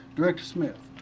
director smith.